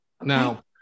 now